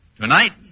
Tonight